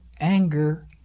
anger